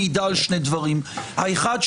מעידה על שני דברים: האחד,